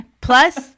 Plus